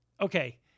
okay